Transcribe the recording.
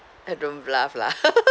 eh don't bluff lah